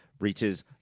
reaches